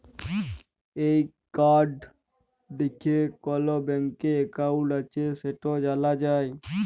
এই কড দ্যাইখে কল ব্যাংকে একাউল্ট আছে সেট জালা যায়